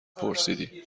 پرسیدی